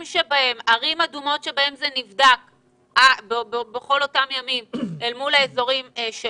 ערים אדומות שבהן זה נבדק בכל אותם ימים אל מול האזורים של